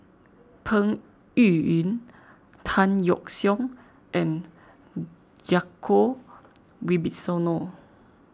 Peng Yuyun Tan Yeok Seong and Djoko Wibisono